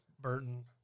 Burton